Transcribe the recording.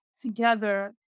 together